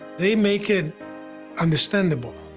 they make it understandable.